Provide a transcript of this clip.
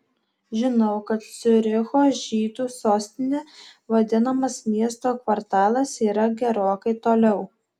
žinau kad ciuricho žydų sostine vadinamas miesto kvartalas yra gerokai toliau